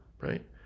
right